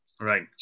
Right